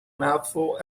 mouthful